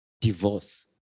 divorce